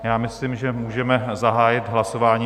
A myslím, že můžeme zahájit hlasování.